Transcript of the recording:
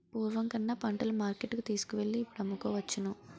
పూర్వం కన్నా పంటలను మార్కెట్టుకు తీసుకువెళ్ళి ఇప్పుడు అమ్ముకోవచ్చును